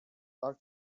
our